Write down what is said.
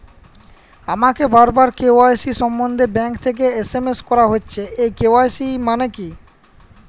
আমাকে বারবার কে.ওয়াই.সি সম্বন্ধে ব্যাংক থেকে এস.এম.এস করা হচ্ছে এই কে.ওয়াই.সি মানে কী?